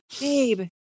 Babe